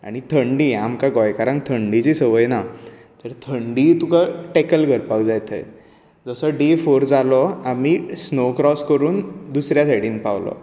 आनी थंडी आमकां गोंयकारांक थंडेची संवय ना तर थंडी तुका टेकल करपाक जाय थंय जसो डे फोर जालो आमी स्नो क्रोस करून दुसऱ्या सायडीन पावलो